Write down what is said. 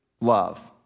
love